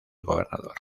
gobernador